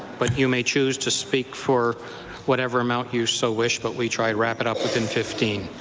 but you may choose to speak for whatever amount you so wish, but we try to wrap it up within fifteen.